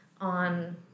on